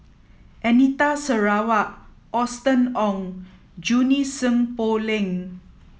Anita Sarawak Austen Ong Junie Sng Poh Leng